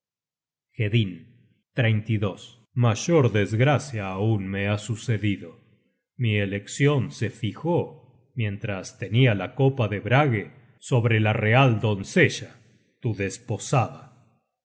vienes aquí solo hedinn mayor desgracia aún me ha sucedido mi eleccion se fijó mientras tenia la copa de brage sobre la real doncella tu desposada